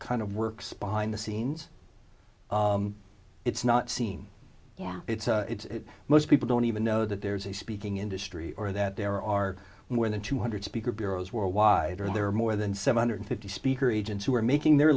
kind of works behind the scenes it's not seen yeah it's most people don't even know that there's a speaking industry or that there are more than two hundred speaker bureaus worldwide or there are more than seven hundred fifty speaker agents who are making their